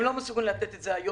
הם לא מסוגלים לתת את זה היום.